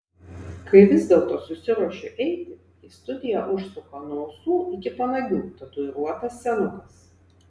kai vis dėlto susiruošiu eiti į studiją užsuka nuo ausų iki panagių tatuiruotas senukas